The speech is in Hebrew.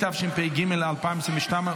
התשפ"ג 2022,